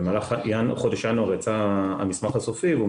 במהלך חודש ינואר יצא המסמך הסופי והוא